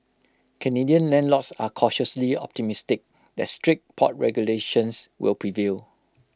Canadian landlords are cautiously optimistic that strict pot regulations will prevail